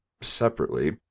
separately